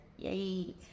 yay